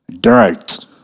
dirt